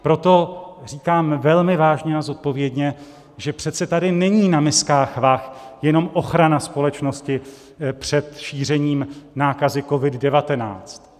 Proto říkám velmi vážně a zodpovědně, že přece tady není na miskách vah jenom ochrana společnosti před šířením nákazy COVID19.